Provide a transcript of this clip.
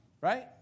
right